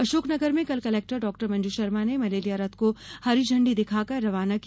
अशोकनगर में कल collector doctor Manju Sharma ने मलेरिया रथ को हरी झंडी दिखाकर रवाना किया